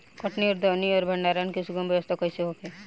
कटनी और दौनी और भंडारण के सुगम व्यवस्था कईसे होखे?